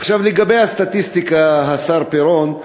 עכשיו, לגבי הסטטיסטיקה, השר פירון,